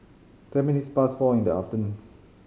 ten minutes past four in the afternoon